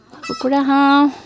কুকুৰা হাঁহ